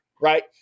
Right